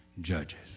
judges